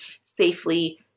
safely